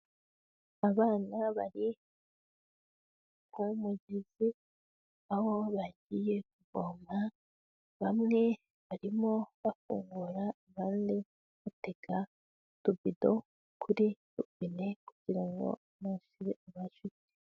Abana bari ku mugezi aho bagiye kuvoma, bamwe barimo bafungura abandi batega utubido kuri robine kugira ngo amazi abashe kuza.